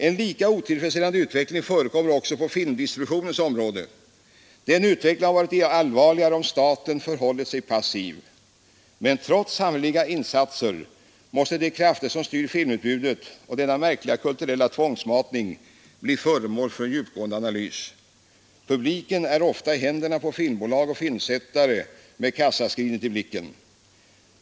En lika otillfredsställande utveckling förekommer också på filmdistributionens område. Den utvecklingen hade varit allvarligare, om staten förhållit sig passiv. Men trots samhälleliga insatser måste de krafter som styr filmutbudet och denna märkliga kulturella tvångsmatning bli föremål för en djupgående analys. Publiken är ofta i händerna på filmbolag och filmsättare med kassaskrinet i blicken.